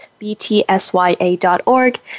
btsya.org